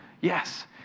Yes